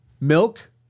milk